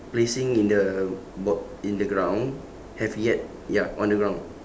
placing in the bot~ in the ground have yet ya on the ground